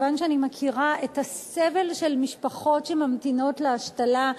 כיוון שאני מכירה את הסבל של משפחות שממתינות להשתלה,